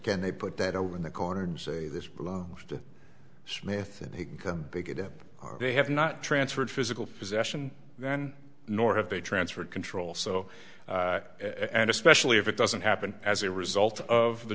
can they put that over in the corner and say this to smith and he can they get it they have not transferred physical possession then nor have they transferred control so and especially if it doesn't happen as a result of the